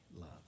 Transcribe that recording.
love